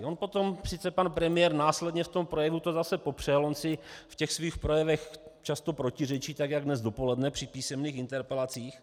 On sice pan premiér následně v tom projevu to zase popřel, on si ve svých projevech často protiřečí, tak jako dnes dopoledne při písemných interpelacích.